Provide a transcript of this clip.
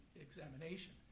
examination